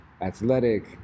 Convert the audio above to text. athletic